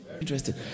Interesting